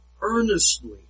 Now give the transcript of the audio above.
earnestly